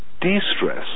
De-Stress